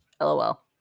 LOL